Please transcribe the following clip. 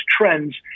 trends